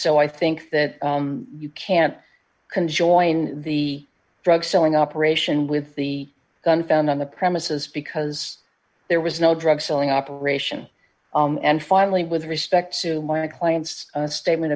so i think that you can't can join the drug selling operation with the gun found on the premises because there was no drug selling operation and finally with respect to my client's statement